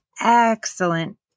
excellent